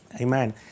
Amen